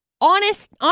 honest